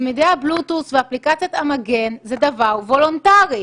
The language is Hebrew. צמידי הבלוטות' ואפליקציית המגן זה דבר וולונטרי.